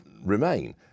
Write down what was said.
Remain